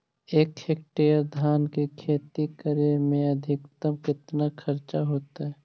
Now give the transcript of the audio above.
एक हेक्टेयर धान के खेती करे में अधिकतम केतना खर्चा होतइ?